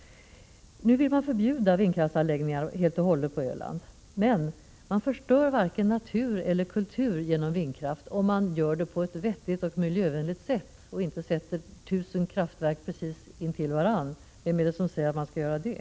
Nu vill man helt förbjuda vindkraftsanläggningar på Öland, men vindkraft förstör varken natur eller kultur, om den införs på ett vettigt och miljövänligt sätt, dvs. inte genom att man sätter 1000 kraftverk intill Prot. 1986/87:36 varandra. Vem är det som säger att man skall göra det?